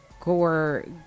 Gore